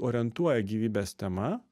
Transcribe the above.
orientuoja gyvybės tema